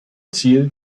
ziel